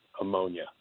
ammonia